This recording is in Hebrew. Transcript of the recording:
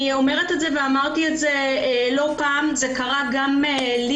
אמרתי לא פעם, זה קרה גם לי.